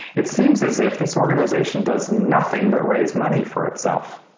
it seems as if this organization does nothing but raise money for itself.